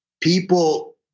people